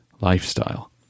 lifestyle